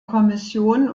kommission